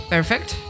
Perfect